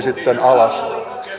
sitten alas